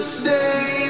stay